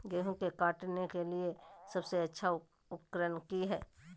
गेहूं के काटे के लिए सबसे अच्छा उकरन की है?